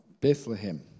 Bethlehem